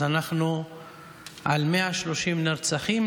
אז אנחנו על 130 נרצחים,